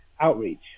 outreach